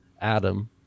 Adam